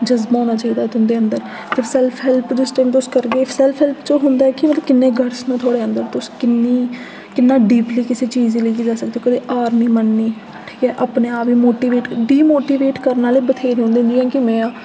जजबा होना चाहिदा तुं'दे अंदर जिस टाइम सैल्फ हैल्प तुस करगे सैल्फ हैल्प च ओह् होंदा ओह् होंदा ऐ कि किन्ने गट्स न थुआढ़े अंदर किन्नी तुस किन्ना डिपली किसै चीज गी लेइयै जाई सकदे ओ इक ते हार निं मन्ननी अपने आप गी मोटिवेट डिमोटिवेट करने आह्ले बथ्हेरे होंदे जियां कि में आं